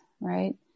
right